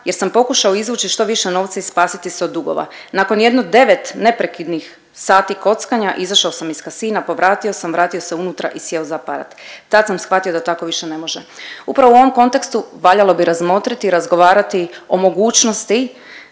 jer sam pokušao izvući što više novca i spasiti se od dugova. Nakon jedno 9 neprekidnih sati kockanja izašao sam iz kasina, povratio sam, vratio se unutra i sjeo za aparat, tad sam shvatio da tako više ne može. Upravo u ovom kontekstu valjalo bi razmotriti i razgovarati o mogućnosti